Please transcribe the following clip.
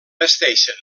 vesteixen